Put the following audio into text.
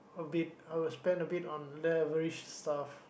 a bit I would spend a bit on lavish stuff